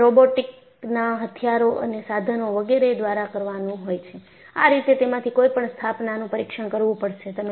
તેને રોબોટિકના હથીયારો અને સાધનો વગેરે દ્વારા કરવાનું હોય છે આ રીતે તેમાંથી કોઈપણ સ્થાપનાનું પરીક્ષણ કરવું પડશે